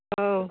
औ